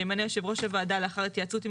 שימנה יושב ראש הוועדה לאחר התייעצות עם